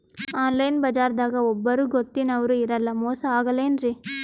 Online ಬಜಾರದಾಗ ಒಬ್ಬರೂ ಗೊತ್ತಿನವ್ರು ಇರಲ್ಲ, ಮೋಸ ಅಗಲ್ಲೆನ್ರಿ?